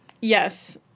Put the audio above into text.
Yes